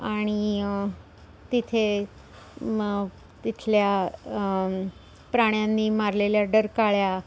आणि तिथे मग तिथल्या प्राण्यांनी मारलेल्या डरकाळ्या